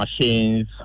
machines